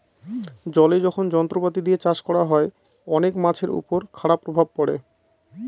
জলে যখন যন্ত্রপাতি দিয়ে চাষ করা হয়, অনেক মাছের উপর খারাপ প্রভাব পড়ে